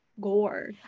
gore